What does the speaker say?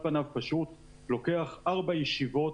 על פניו פשוט, לוקח ארבע ישיבות,